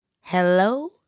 Hello